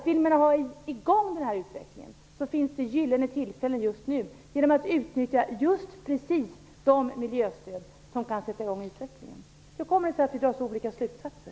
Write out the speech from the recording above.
Vill man ha i gång denna utveckling finns det ett gyllene tillfälle just nu, genom att utnyttja de miljöstöd som kan sätta i gång utvecklingen. Hur kommer det sig att vi drar så olika slutsatser?